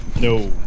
No